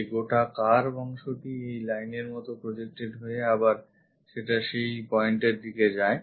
এই গোটা curve অংশটি একটি line এর মতো projected হয়ে আবারও সেটা সেই point এর দিকে যায়